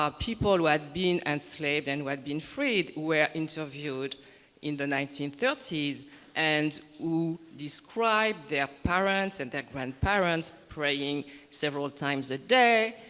um people who had been enslaved and had been freed were interviewed in the nineteen thirty s and who described their parents and their grandparents praying several times a day,